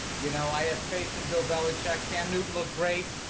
you know, i have faith in bill bellicheck cam newton looked great.